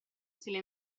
stile